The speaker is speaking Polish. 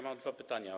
Mam dwa pytania.